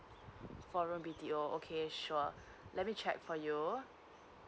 four room B T O okay sure let me check for you